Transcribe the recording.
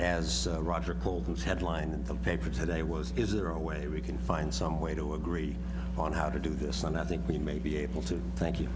as roger call those headlines in the paper today was is there a way we can find some way to agree on how to do this and i think we may be able to thank you